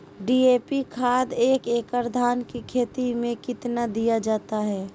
DAP खाद एक एकड़ धान की खेती में कितना दीया जाता है?